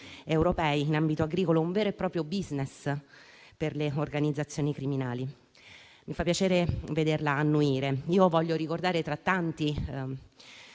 europei in ambito agricolo un vero e proprio *business* per le organizzazioni criminali. Mi fa piacere vederla annuire. Vorrei ricordare, tra i tanti,